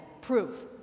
proof